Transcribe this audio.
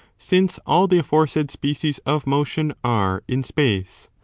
since all the aforesaid species of motion are in space.